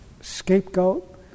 scapegoat